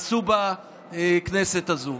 עשו בכנסת הזאת.